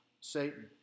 Satan